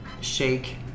shake